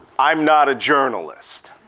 i'm not a journalist,